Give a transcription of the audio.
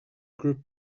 group